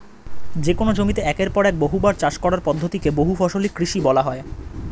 যেকোন জমিতে একের পর এক বহুবার চাষ করার পদ্ধতি কে বহুফসলি কৃষি বলা হয়